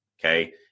okay